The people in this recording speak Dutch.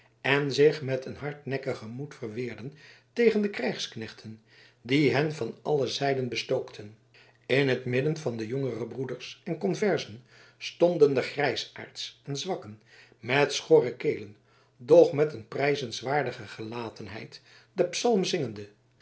en zich met een hardnekkigen moed verweerden tegen de krijgsknechten die hen van alle zijden bestookten in het midden van de jongere broeders en conversen stonden de grijsaards en zwakken met schorre kelen doch met een prijzenswaardige gelatenheid den psalm zingende